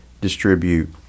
distribute